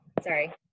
Sorry